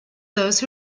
those